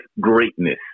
greatness